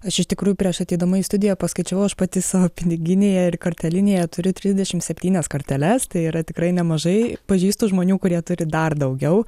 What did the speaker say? aš iš tikrųjų prieš ateidama į studiją paskaičiavau aš pati savo piniginėje ir kortelinėje turiu trisdešimt septynias korteles tai yra tikrai nemažai pažįstu žmonių kurie turi dar daugiau